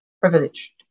privileged